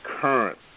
current